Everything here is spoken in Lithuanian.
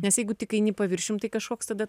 nes jeigu tik eini paviršiumi tai kažkoks tada